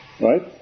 Right